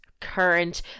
current